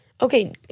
Okay